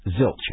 zilch